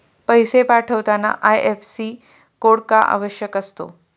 पैसे पाठवताना IFSC code का आवश्यक असतो?